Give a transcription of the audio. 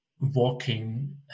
walking